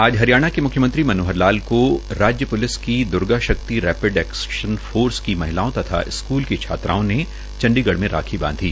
आज हरियाणा के म्ख्यमंत्री मनोहर लाल को राज्य प्लिस की Durga Shakti rapid action force की महिलाओ स्कूल की छात्राओं ने चंडीगढ़ में राखी बांधी